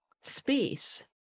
space